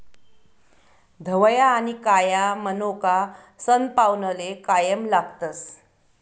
धवया आनी काया मनोका सनपावनले कायम लागतस